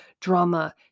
drama